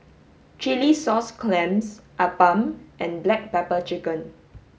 chilli sauce clams appam and black pepper chicken